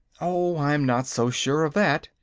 oh, i'm not so sure of that,